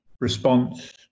response